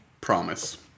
Promise